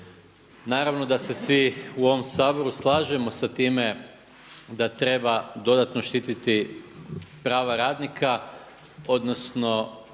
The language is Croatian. naravno da se svi u ovome Saboru slažemo sa time da treba dodatno štititi prava radnika, odnosno